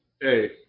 hey